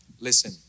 Listen